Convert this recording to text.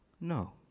no